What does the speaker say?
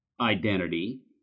identity